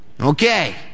Okay